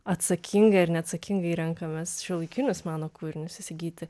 atsakingai ar neatsakingai renkamės šiuolaikinius meno kūrinius įsigyti